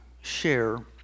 share